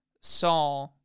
saw